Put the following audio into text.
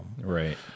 Right